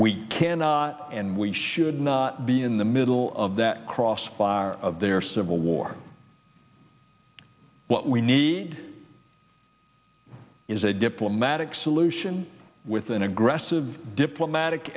we cannot and we should not be in the middle of that crossfire of their civil war what we need is a diplomatic solution with an aggressive diplomatic